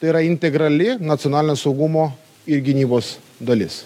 tai yra integrali nacionalinio saugumo ir gynybos dalis